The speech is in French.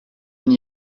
n’y